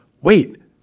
wait